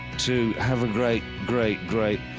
to have a great, great, great,